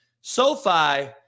SoFi